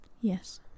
Yes